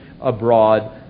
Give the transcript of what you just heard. abroad